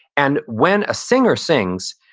and when a singer sings,